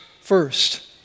first